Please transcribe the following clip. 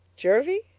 jervie?